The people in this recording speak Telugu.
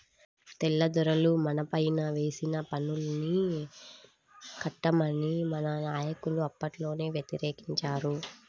తెల్లదొరలు మనపైన వేసిన పన్నుల్ని కట్టమని మన నాయకులు అప్పట్లోనే వ్యతిరేకించారు